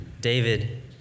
David